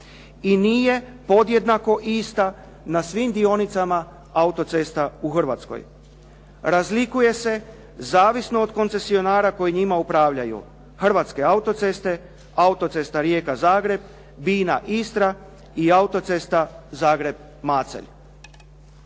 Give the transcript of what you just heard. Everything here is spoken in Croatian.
i nije podjednako ista na svim dionicama autocesta u Hrvatskoj. Razlikuje se zavisno od koncesionara koji njima upravljaju, Hrvatske autoceste, Autocesta Rijeka-Zagreb, Bina-Istra i Autocesta Zagreb-Macelj.